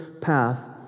path